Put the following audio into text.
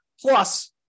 Plus